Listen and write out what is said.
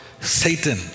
Satan